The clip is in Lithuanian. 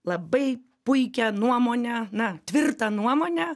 labai puikią nuomonę na tvirtą nuomonę